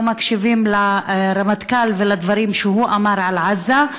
לא מקשיבים לרמטכ"ל ולדברים שהוא אמר על עזה.